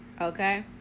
Okay